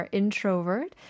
introvert